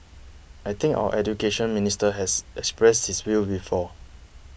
I think our Education Minister has expressed this view before